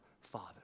father